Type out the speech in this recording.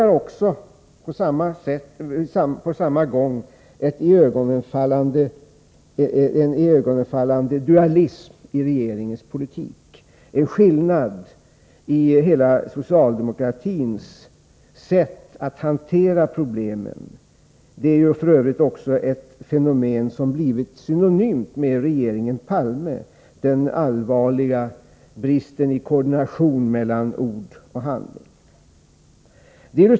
Här demonstreras emellertid på samma gång en iögonenfallande dualism i regeringens politik, en anmärkningsvärd inkonsekvens när det gäller socialdemokratins sätt att hantera problemen. Det är f. ö. ett fenomen som blivit synonymt med regeringen Palme — den allvarliga bristen i koordinationen mellan ord och handling.